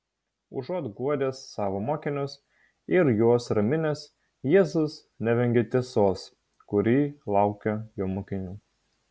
užuot guodęs savo mokinius ir juos raminęs jėzus nevengia tiesos kuri laukia jo mokinių